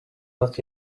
not